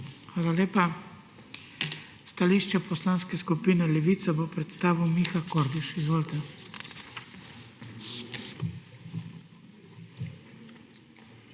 Hvala lepa. Stališče Poslanske skupine Levica bo predstavil Miha Kordiš. Izvolite.